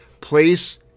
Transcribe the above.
place